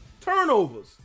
turnovers